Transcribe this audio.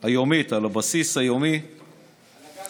בסיס יומי, על גז החרדל?